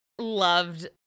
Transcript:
loved